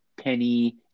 Penny